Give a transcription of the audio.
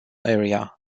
area